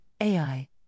AI